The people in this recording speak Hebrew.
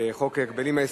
חוק ההגבלים העסקיים,